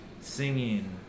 singing